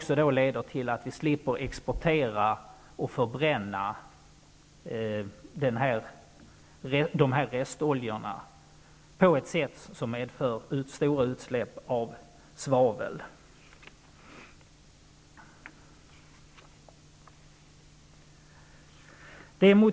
Detta leder även till att vi slipper exportera och förbränna dessa restoljor på ett sätt som medför stora utsläpp av svavel. En